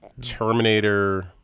Terminator